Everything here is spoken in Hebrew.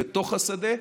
בתוך השדה.